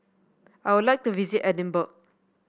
I would like to visit Edinburgh